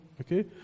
okay